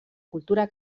cultura